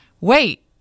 wait